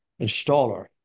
installer